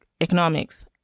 economics